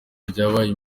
ryabaye